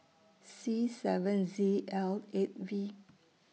C seven Z L eight V